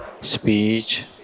speech